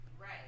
Right